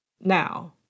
now